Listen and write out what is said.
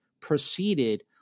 proceeded